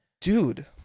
Dude